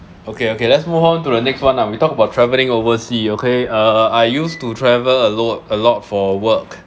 okay okay let's move on to the next one lah we talk about travelling oversea okay uh I used to travel a lot a lot for work